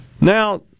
Now